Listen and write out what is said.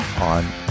on